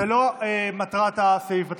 זו לא מטרת הסעיף בתקנון.